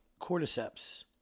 Cordyceps